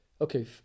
okay